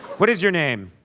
what is your name?